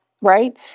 right